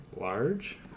Large